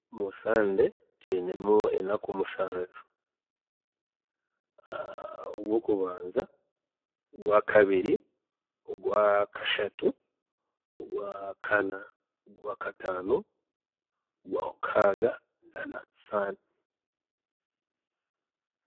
﻿Mu sande twiinemu enaku mushanju, orwokubanza, orwakabiri, orwakashatu, orwakana, orwakataano, orwamukaaga, na norwa sunday.